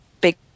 big